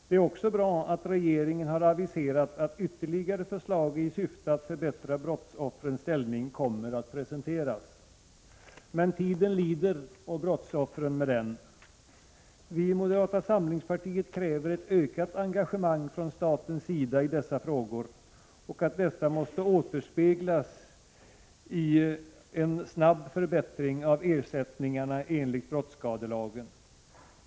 Det är också bra att regeringen har aviserat att ytterligare förslag i syfte att förbättra brottsoffrens ställning kommer att presenteras. Men tiden lider och brottsoffren med den. Vi i moderata samlingspartiet kräver ett ökat engagemang från statens sida i dessa frågor, och vi vill att detta skall återspeglas i en snar förbättring av ersättningarna enligt brottsskadelagen.